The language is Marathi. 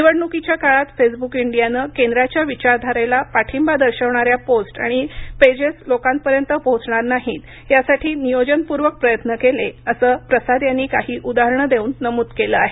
निवडणुकीच्या काळात फेसबुक इंडियानं केंद्राच्या विचारधारेला पाठिंबा दर्शवणाऱ्या पोस्ट आणि पेजेस लोकांपर्यंत पोहोचणार नाहीत यासाठी नियोजनपूर्वक प्रयत्न करण्यात आले असं प्रसाद यांनी काही उदाहरणं देऊन नमूद केलं आहे